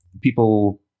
People